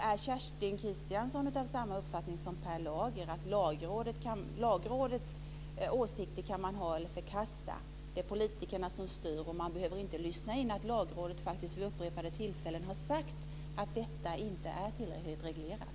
Är Kerstin Kristiansson av samma uppfattning som Per Lager, att Lagrådets åsikter kan man ha eller förkasta, att det är politikerna som styr och att man inte behöver lyssna på att Lagrådet vid upprepade tillfällen har sagt att detta inte är tillräckligt reglerat?